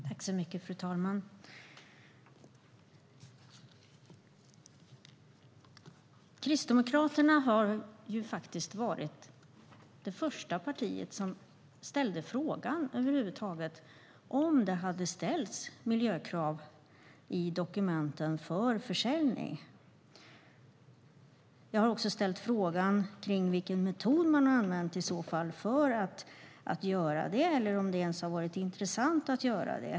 Fru talman! Kristdemokraterna var faktiskt det första partiet som ställde frågan över huvud taget om det hade ställts miljökrav i dokumenten för försäljning. Jag har också ställt frågan om vilken metod som man i så fall har använt för att göra det, eller om det ens har varit intressant att göra det.